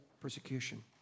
persecution